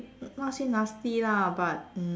not say nasty lah but mm